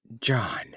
John